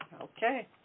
Okay